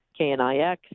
KNIX